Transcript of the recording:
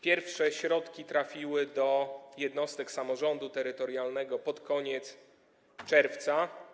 Pierwsze środki trafiły do jednostek samorządu terytorialnego pod koniec czerwca.